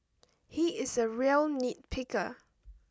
he is a real nitpicker